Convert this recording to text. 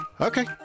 okay